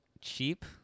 cheap